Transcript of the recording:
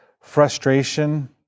frustration